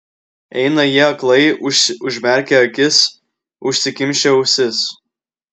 eina jie aklai užmerkę akis užsikimšę ausis